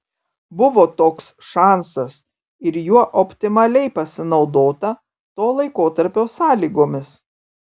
buvo toks šansas ir juo optimaliai pasinaudota to laikotarpio sąlygomis